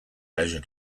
leisure